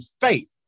faith